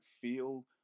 feel